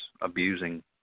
abusing